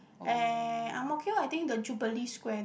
eh Ang-Mo-Kio I think the Jubilee square there